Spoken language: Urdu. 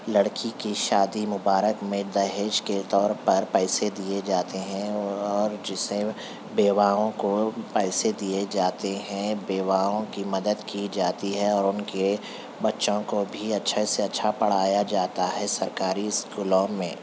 لڑکی کی شادی مبارک میں دہیج کے طور پر پیسے دیے جاتے ہیں اور جسے بیواؤں کو پیسے دیے جاتے ہیں بیواؤں کی مدد کی جاتی ہے اور ان کے بچوں کو بھی اچھا سے اچھا پڑھایا جاتا ہے سرکاری اسکولوں میں